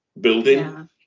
building